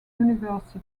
university